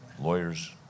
lawyers